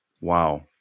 Wow